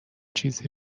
چیزی